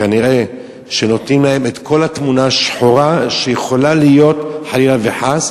כנראה נותנים להן את כל התמונה השחורה שיכולה להיות חלילה וחס,